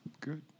Good